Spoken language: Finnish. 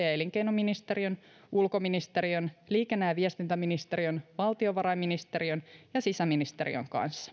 elinkeinoministeriön ulkoministeriön liikenne ja viestintäministeriön valtiovarainministeriön ja sisäministeriön